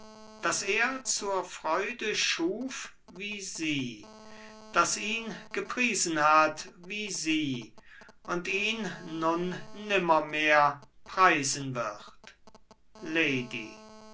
das er zur freude schuf wie sie das ihn gepriesen hat wie sie und ihn nun nimmermehr preisen wird lady